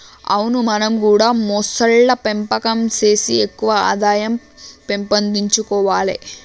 అవును మనం గూడా మొసళ్ల పెంపకం సేసి ఎక్కువ ఆదాయం పెంపొందించుకొవాలే